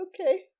Okay